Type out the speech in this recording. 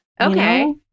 Okay